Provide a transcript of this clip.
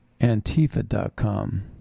antifa.com